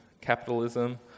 capitalism